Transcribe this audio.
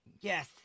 Yes